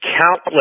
countless